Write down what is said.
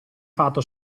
fatto